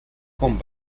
con